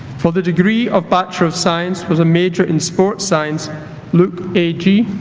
for the degree of bachelor of science but major in sports science luke a j